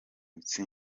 itsinda